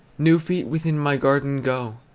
new feet within my garden go,